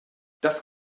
das